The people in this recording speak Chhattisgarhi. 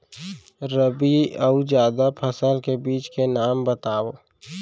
रबि अऊ जादा फसल के बीज के नाम बताव?